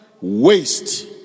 waste